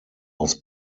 was